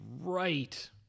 right